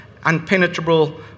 unpenetrable